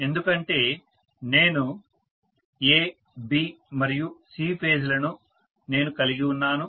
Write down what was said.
ఎందుకంటే నేను A B మరియు C ఫేజ్ లను నేను కలిగి ఉన్నాను